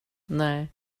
nej